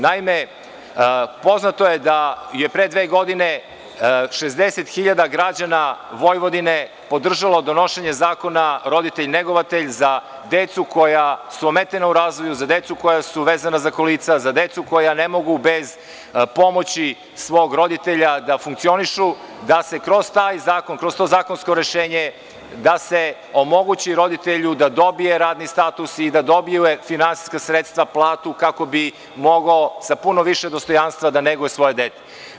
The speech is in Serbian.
Naime, poznato je da je pre dve godine 60 hiljada građana Vojvodine podržalo donošenje zakona roditelj-negovatelj za decu koja su ometena u razvoju, za decu koja su vezana za kolica, za decu koja ne mogu bez pomoći svog roditelja da funkcionišu, da se kroz taj zakon, kroz to zakonsko rešenje, omogući roditelju da dobije radni status i da dobije finansijska sredstva, platu, kako bi mogao sa mnogo više dostojanstva da neguje svoje dete.